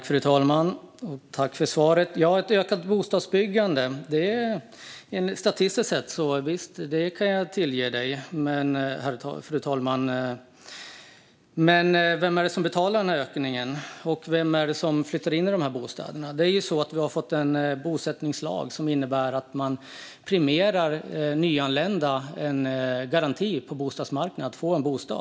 Fru talman! När det gäller ett ökat bostadsbyggande kan jag ge dig att det statistiskt sett ser ut så, Per Bolund. Men vem betalar för den här ökningen? Och vem flyttar in i de här bostäderna? Vi har fått en bosättningslag som innebär att man garanterar nyanlända en bostad på bostadsmarknaden.